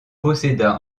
posséda